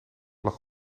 lag